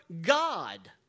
God